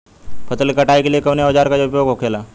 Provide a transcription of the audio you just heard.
फसल की कटाई के लिए कवने औजार को उपयोग हो खेला?